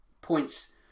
points